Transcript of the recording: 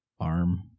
arm